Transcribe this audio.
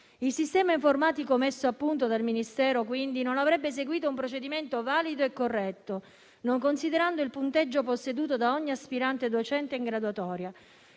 Il sistema informatico messo a punto dal Ministero non avrebbe quindi seguito un procedimento valido e corretto, non considerando il punteggio posseduto da ogni aspirante docente in graduatoria.